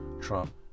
Trump